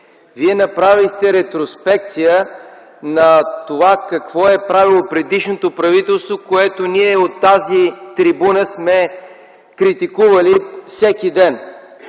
Вие направихте ретроспекция на това какво е правило предишното правителство, което ние от тази трибуна сме критикували всеки ден.